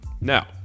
now